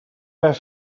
haver